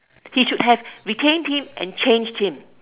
he should have retained him and changed him